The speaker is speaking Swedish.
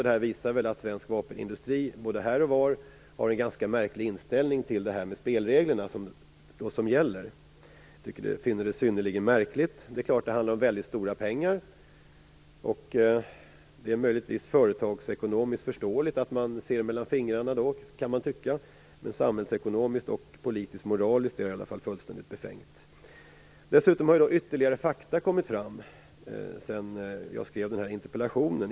Det här visar väl att svensk vapenindustri både här och var har en ganska märklig inställning till de spelregler som gäller. Jag finner det synnerligen märkligt. Det är klart att det handlar om väldigt stora pengar, och man kan möjligtvis tycka att det då är företagsekonomiskt förståeligt att man ser mellan fingrarna. Samhällsekonomiskt och politiskt-moraliskt är det dock fullständigt befängt. Dessutom har ytterligare fakta kommit fram sedan jag skrev den här interpellationen.